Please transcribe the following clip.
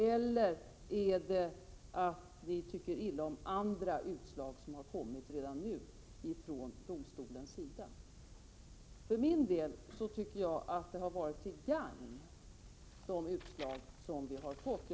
Eller beror oron på att ni tycker illa om andra utslag som har kommit redan nu från domstolens sida? För min del tycker jag att de utslag som vi har fått har varit till gagn för oss.